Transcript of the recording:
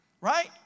right